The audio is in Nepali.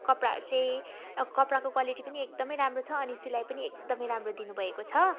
कपडाहरू चाहिँ अब कपडाको क्वालिटी पनि एकदमै राम्रो छ अनि सिलाइ पनि एकदमै राम्रो दिनुभएको छ